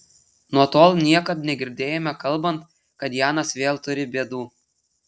nuo tol niekad negirdėjome kalbant kad janas vėl turi bėdų